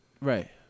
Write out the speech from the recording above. right